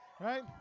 right